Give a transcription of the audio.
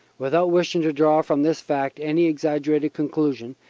without wishing to draw from this fact any exaggerated conclusion,